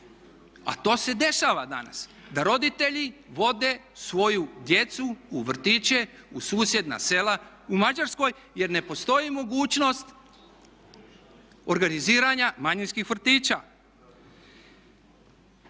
a to se dešava danas da roditelji vode svoju djecu u vrtiće u susjedna sela u Mađarskoj jer ne postoji mogućnost organiziranja manjinskih vrtića.